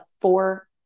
four